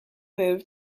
move